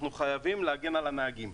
אנחנו חייבים להגן על הנהגים.